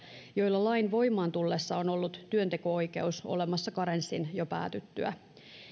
joilla lain voimaan tullessa on ollut työnteko oikeus olemassa karenssin jo päätyttyä työnteon jatkumisen vastaanottopalveluiden päättymiseen saakka